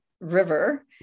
river